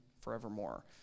forevermore